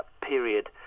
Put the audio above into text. period